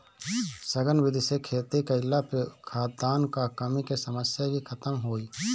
सघन विधि से खेती कईला पे खाद्यान कअ कमी के समस्या भी खतम होई